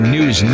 News